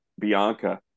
Bianca